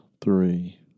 three